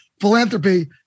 philanthropy